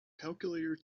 calculator